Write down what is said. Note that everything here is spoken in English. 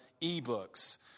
e-books